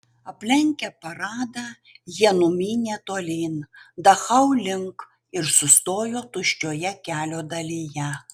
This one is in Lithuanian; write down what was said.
aplenkę paradą jie numynė tolyn dachau link ir sustojo tuščioje kelio dalyje